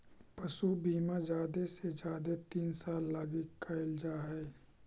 पशु बीमा जादे से जादे तीन साल लागी कयल जा हई